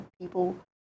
people